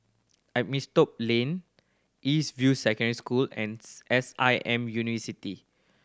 Lane East View Secondary School and S I M University